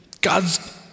God's